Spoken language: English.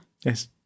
Yes